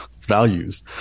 values